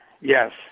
Yes